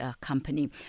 company